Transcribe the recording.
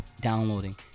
downloading